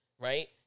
Right